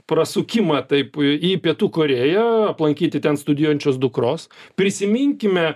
prasukimą taip į pietų korėją aplankyti ten studijuojančios dukros prisiminkime